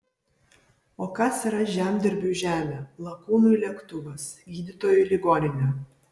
o kas yra žemdirbiui žemė lakūnui lėktuvas gydytojui ligoninė